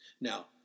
Now